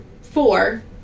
four